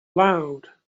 loud